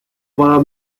war